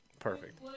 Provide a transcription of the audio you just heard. Perfect